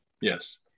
yes